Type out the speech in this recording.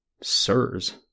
Sirs